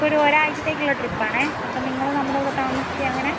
നമുക്കൊരു ഒരാഴ്ചത്തേയ്ക്കുള്ള ട്രിപ്പ് ആണേ അപ്പം നിങ്ങളും നമ്മുടെ കൂടെ താമസിച്ച് അങ്ങനെ